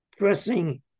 Pressing